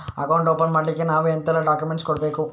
Account open ಮಾಡ್ಲಿಕ್ಕೆ ನಾವು ಎಂತೆಲ್ಲ ಡಾಕ್ಯುಮೆಂಟ್ಸ್ ಕೊಡ್ಬೇಕು?